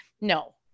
No